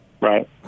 Right